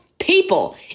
people